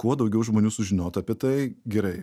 kuo daugiau žmonių sužinotų apie tai gerai